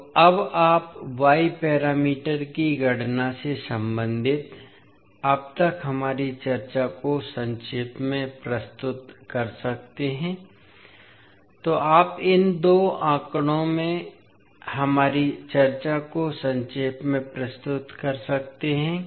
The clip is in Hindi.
तो अब आप y पैरामीटर की गणना से संबंधित अब तक हमारी चर्चा को संक्षेप में प्रस्तुत कर सकते हैं इसलिए आप इन दो आंकड़ों में हमारी चर्चा को संक्षेप में प्रस्तुत कर सकते हैं